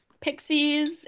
pixies